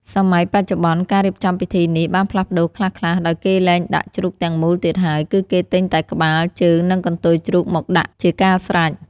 សម័យបច្ចុប្បន្ន ការរៀបចំពិធីនេះបានផ្លាស់ប្តូរខ្លះៗ ដោយគេលែងដាក់ជ្រូកទាំងមូលទៀតហើយ គឺគេទិញតែក្បាល ជើង និងកន្ទុយជ្រូកមកដាក់ជាការស្រេច។